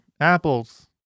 Apples